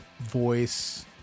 voice